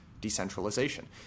decentralization